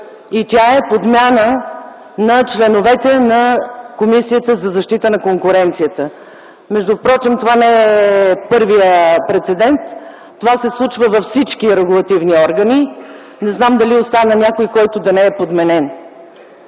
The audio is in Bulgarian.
и тя е подмяна на членовете на Комисията за защита на конкуренцията. Между другото, това не е първия прецедент. Това се случва във всички регулативни органи. Не знам дали остана някой, който да не е подменен.